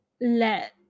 let